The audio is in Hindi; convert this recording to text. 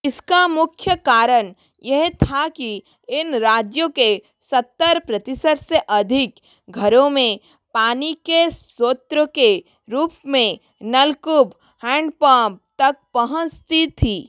इसका मुख्य कारण यह था कि इन राज्यों के सत्तर प्रतिशत से अधीक घरों में पानी के स्रोतों के रूप में नलकुप हैंडपम तक पहुँचती थी